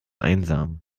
einsam